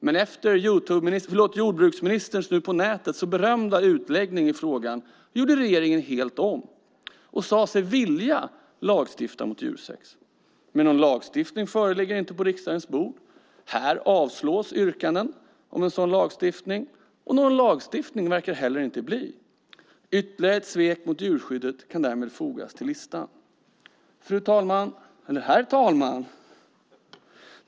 Men efter jordbruksministerns nu på nätet så berömda utläggning i frågan gjorde regeringen helt om och sade sig vilja lagstifta mot djursex. Men någon lagstiftning ligger inte på riksdagens bord. Här avslås yrkanden om en sådan lagstiftning. Och någon lagstiftning verkar det heller inte bli. Ytterligare ett svek mot djurskyddet kan därmed fogas till listan. Herr talman!